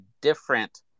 different